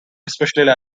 especially